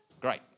Great